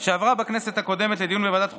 שעברה בכנסת הקודמת לדיון בוועדת החוקה,